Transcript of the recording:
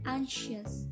Anxious